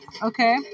Okay